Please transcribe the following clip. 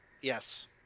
Yes